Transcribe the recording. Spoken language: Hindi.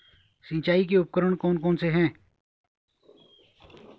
सिंचाई के उपकरण कौन कौन से हैं?